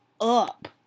up